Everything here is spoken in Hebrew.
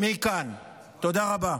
תודה רבה.